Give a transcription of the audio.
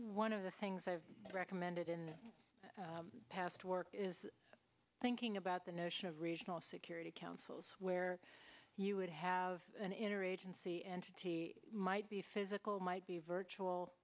one of the things i recommended in the past work is thinking about the notion of regional security council's where you would have an inner agency entity might be physical might be virtual